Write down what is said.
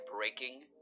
breaking